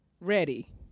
ready